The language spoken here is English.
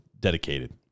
dedicated